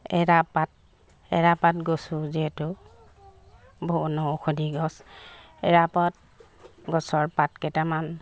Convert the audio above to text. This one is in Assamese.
এৰাপাত এৰাপাত গছো যিহেতু বনৌষধি গছ এৰাপাত গছৰ পাত কেইটামান